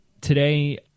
Today